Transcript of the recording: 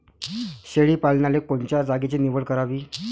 शेळी पालनाले कोनच्या जागेची निवड करावी?